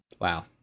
Wow